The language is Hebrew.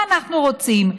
מה אנחנו רוצים?